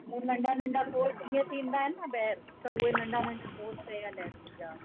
मूं नंढा नंढा कोर्स जीअं थींदा आहिनि न ॿाहिरि हूअ नंढा नंढा कोर्स कयल आहिनि मुंहिंजा